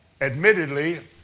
Admittedly